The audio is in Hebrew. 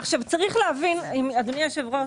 אדוני היושב-ראש,